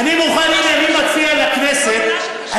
כל מילה שלך שקר.